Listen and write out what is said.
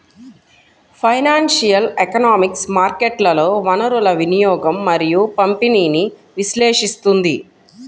financial economics మార్కెట్లలో వనరుల వినియోగం మరియు పంపిణీని విశ్లేషిస్తుంది